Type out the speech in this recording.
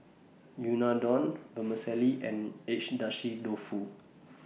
Unadon Vermicelli and Agedashi Dofu